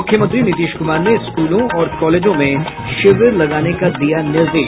मुख्यमंत्री नीतीश कुमार ने स्कूलों और कॉलेजों में शिविर लगाने का दिया निर्देश